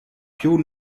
più